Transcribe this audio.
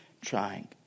trying